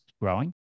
growing